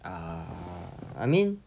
err I mean